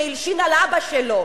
שהלשין לקומוניסטים על אבא שלו,